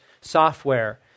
software